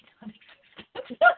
non-existent